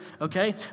okay